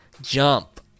Jump